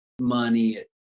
money